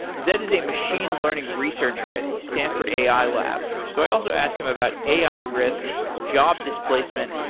zayd is a machine learning researcher at the stanford a i lab. so i also asked him about a i. risk, job displacement,